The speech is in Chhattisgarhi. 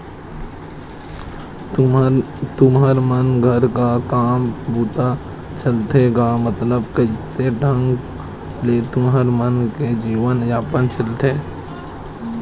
तुँहर मन घर का काम बूता चलथे गा मतलब कइसे ढंग ले तुँहर मन के जीवन यापन चलथे?